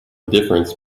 difference